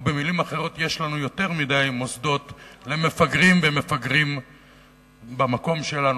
או במלים אחרות: יש לנו יותר מדי מוסדות למפגרים ומפגרים במקום שלנו,